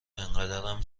انقدرام